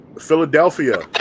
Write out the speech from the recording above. Philadelphia